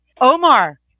Omar